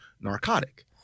narcotic